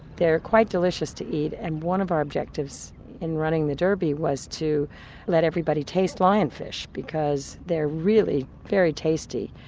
they're quite delicious to eat and one of our objectives in running the derby was to let everybody taste lionfish because they're really very tasty.